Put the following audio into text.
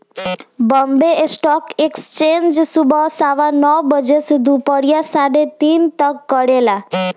Bombay stock exchange सुबह सवा नौ बजे से दूपहरिया साढ़े तीन तक कार्य करेला